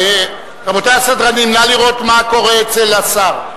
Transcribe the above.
רבותי הסדרנים, נא לראות מה קורה אצל השר.